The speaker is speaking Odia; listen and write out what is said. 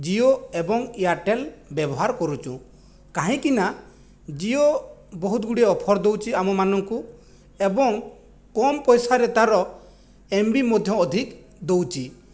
ଜିଓ ଏବଂ ଏୟାରଟେଲ୍ ବ୍ୟବହାର କରୁଛୁ କାହିଁକିନା ଜିଓ ବହୁତ ଗୁଡ଼ିଏ ଅଫର୍ ଦେଉଛି ଆମମାନଙ୍କୁ ଏବଂ କମ ପଇସାରେ ତା'ର ଏମ୍ ବି ମଧ୍ୟ ଅଧିକ୍ ଦେଉଛି